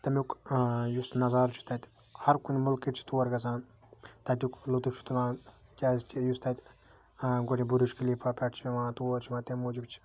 تمیُک یُس نَظار چھُ تَتہِ ہر کُنہ ملکٕکۍ چھِ تور گَژھان تتیُک لُطُف چھ تُلان کیازکہ یُس تَتہِ گۄڈٕ بُرُج خلیفہ پیٚٹھ چھُ یِوان تور چھِ یِوان تمہ موٗجُب چھ